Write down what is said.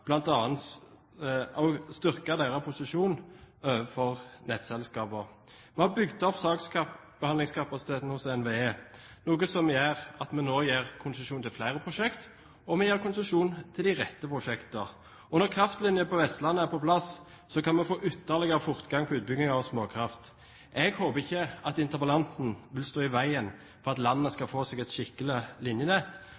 å styrke deres posisjon overfor nettselskaper. Vi har bygd opp saksbehandlingskapasiteten hos NVE, noe som gjør at vi nå gir konsesjon til flere prosjekter, og vi gir konsesjon til de rette prosjektene. Og når kraftlinjene på Vestlandet er på plass, kan vi få ytterligere fortgang i utbyggingen av småkraft. Jeg håper ikke at interpellanten vil stå i veien for at landet